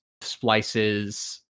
splices